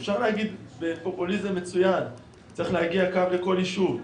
אפשר להגיד בפופוליזם מצוין שצריך להגיע קו לכל יישוב.